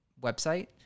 website